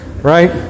right